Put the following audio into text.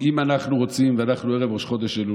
אם אנחנו רוצים ברכה, ואנחנו ערב ראש חודש אלול,